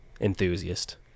enthusiast